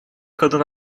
kadın